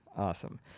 Awesome